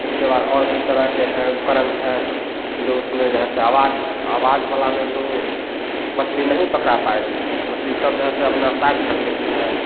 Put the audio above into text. उसके बाद और भी तरह के हैं उपकरण है जो उसमें जे है से आवाज है आवाज बला में तो मछली नहीं पकड़ा पाएगी मछली सब जगह से अपना साइर थग लेती है